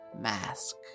mask